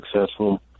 successful